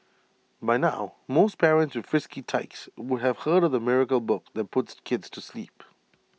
by now most parents with frisky tykes would have heard of the miracle book that puts kids to sleep